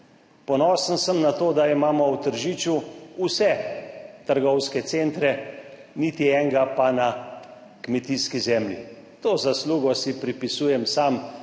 Ponosen sem na to, da imamo v Tržiču vse trgovske centre, niti enega pa na kmetijski zemlji, to zaslugo si pripisujem sam